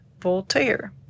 Voltaire